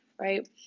Right